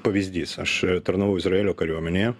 pavyzdys aš tarnavau izraelio kariuomenėje